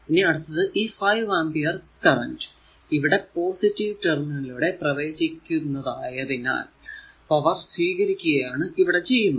ഇനി അടുത്ത് ഈ 5 ആമ്പിയർ കറന്റ് ഇവിടെ പോസിറ്റീവ് ടെർമിനൽ ലൂടെ പ്രവേശിക്കുന്നതായതിനാൽ പവർ സ്വീകരിക്കുകയാണ് ഇവിടെ ചെയ്യുന്നത്